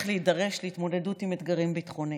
להידרש להתמודדות עם אתגרים ביטחוניים.